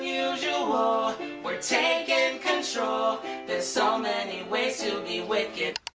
unusual ah we're taking control there's so many ways to be wicked